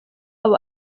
wabo